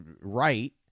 right